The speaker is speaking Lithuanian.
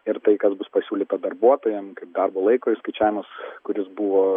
ir tai kas bus pasiūlyta darbuotojam kaip darbo laiko įskaičiavimas kuris buvo